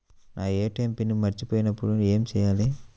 నా ATM PIN మర్చిపోయినప్పుడు ఏమి చేయాలి?